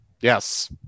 Yes